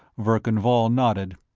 verkan vall nodded.